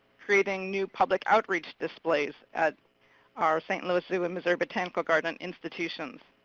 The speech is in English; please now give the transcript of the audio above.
creating new public outreach displays at our st. louis zoo and missouri botanical garden institutions.